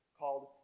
called